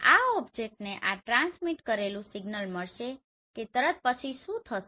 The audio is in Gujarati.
આ ઓબ્જેક્ટને આ ટ્રાન્સમિટ કરેલું સિગ્નલ મળશે કે તરત પછી શું થશે